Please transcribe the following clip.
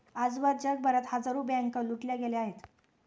आजवर जगभरात हजारो बँका लुटल्या गेल्या आहेत